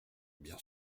bien